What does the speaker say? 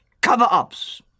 cover-ups